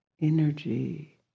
energy